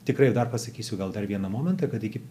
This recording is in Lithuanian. tikrai dar pasakysiu gal dar vieną momentą kad iki